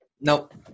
nope